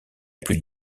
plus